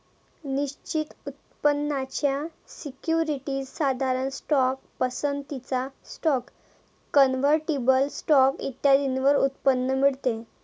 निश्चित उत्पन्नाच्या सिक्युरिटीज, साधारण स्टॉक, पसंतीचा स्टॉक, कन्व्हर्टिबल स्टॉक इत्यादींवर उत्पन्न मिळते